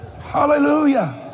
Hallelujah